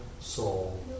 soul